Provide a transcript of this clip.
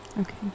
okay